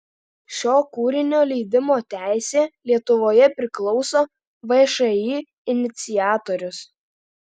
šio kūrinio leidimo teisė lietuvoje priklauso všį iniciatorius